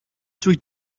dwyt